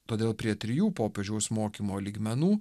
todėl prie trijų popiežiaus mokymo lygmenų